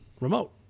remote